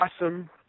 awesome